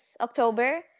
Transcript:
October